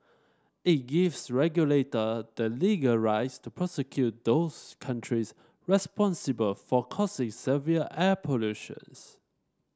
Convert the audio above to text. it gives regulator the legal rights to prosecute those countries responsible for causes severe air pollutions